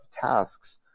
tasks